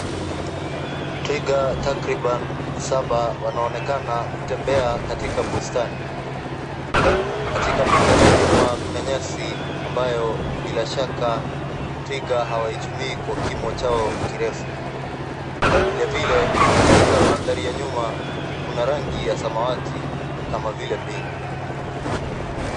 Twiga takriban saba wanaonekana kutembea katika bustani. Katika mandhari ya nyuma kuna nyasi ambayo bila shaka twiga hawaitumii kwa kimo chao kirefu. Vile vile katika mandhari ya nyuma kuna rangi ya samawati kama vile mbingu.